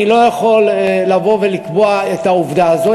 אני לא יכול לבוא לקבוע את העובדה הזאת.